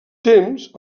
temps